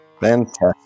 Fantastic